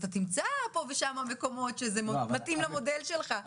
אז אולי פה ושם תמצא מקומות שזה כן מתאים למודל שלך,